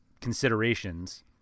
considerations